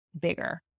bigger